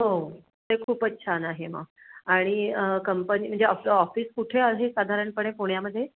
हो ते खूपच छान आहे मग आणि कंपनी म्हणजे आपलं ऑफिस कुठे आहे साधारणपणे पुण्यामध्ये